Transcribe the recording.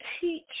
teach